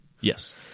Yes